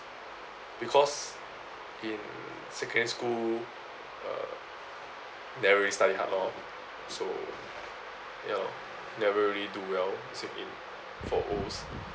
because in secondary school uh never really study hard lor so you know never really do well for O's